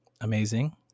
amazing